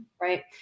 Right